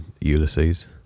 Ulysses